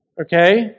Okay